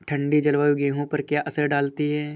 ठंडी जलवायु गेहूँ पर क्या असर डालती है?